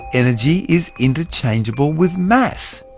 energy is interchangeable with mass.